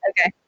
Okay